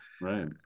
Right